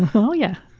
ah oh yeah!